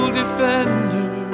defender